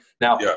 Now